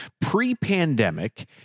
Pre-pandemic